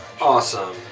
Awesome